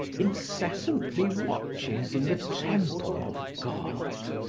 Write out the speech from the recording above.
incessantly watches in the temple of god!